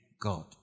God